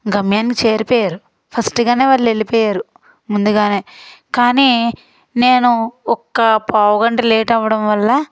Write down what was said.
గమ్యాన్ని చేరిపోయారు ఫస్ట్ గానే వాళ్ళు వెళ్లిపోయారు ముందుగానే కానీ నేను ఒక్క పావుగంట లేట్ అవ్వడం వల్ల